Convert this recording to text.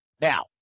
Now